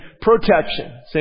Protection